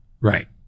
Right